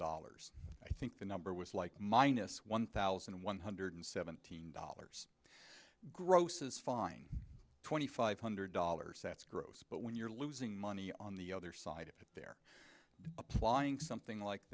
dollars i think the number was like minus one thousand one hundred seventeen dollars gross is fine twenty five hundred dollars that's gross but when you're losing money on the other side of it they're applying something like